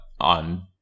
on